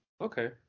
Okay